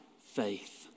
faith